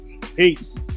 Peace